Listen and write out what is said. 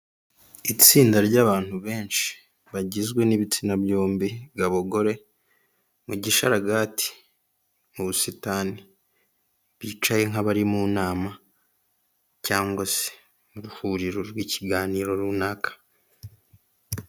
Umugabo wambaye agapfukamunwa k'umukara uri guhabwa sheke ifite agaciro ka miliyoni imwe n'ibihumbi magana abiri na mirongo itanu, kubwo imirimo ye yakoze iriho ibigo byinshi bitandukanye nka RSSB, ejo heza, SOLASI ndetse yatanzwe ku itariki mak'umyabiri n'umunani kwa cumi mu bihumbi bibiri na mak'umyabiri na rimwe.